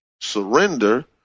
surrender